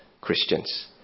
christians